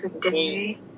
today